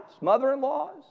mother-in-laws